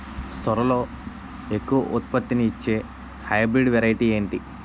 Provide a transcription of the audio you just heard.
సోరలో ఎక్కువ ఉత్పత్తిని ఇచే హైబ్రిడ్ వెరైటీ ఏంటి?